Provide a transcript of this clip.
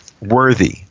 worthy